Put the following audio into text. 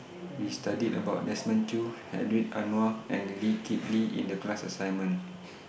We studied about Desmond Choo Hedwig Anuar and Lee Kip Lee in The class assignment